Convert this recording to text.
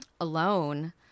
alone